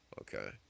Okay